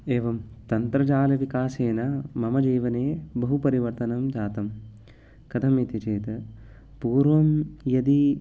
एवं तन्त्रजालविकासेन मम जीवने बहु परिवर्तनं जातं कथम् इति चेत् पूर्वं यदि